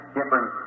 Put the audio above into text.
different